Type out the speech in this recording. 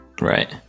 right